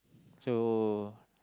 so